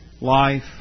life